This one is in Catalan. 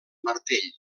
martell